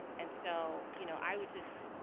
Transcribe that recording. and so, you know, i would just,